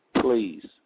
Please